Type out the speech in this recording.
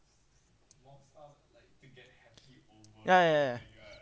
ya ya ya